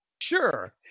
Sure